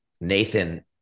Nathan